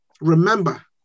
remember